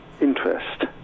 interest